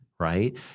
right